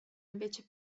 invece